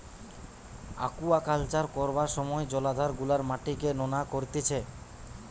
aquaculture করবার সময় জলাধার গুলার মাটিকে নোনা করতিছে